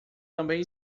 também